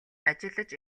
ажиллаж